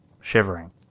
shivering